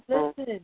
Listen